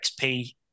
XP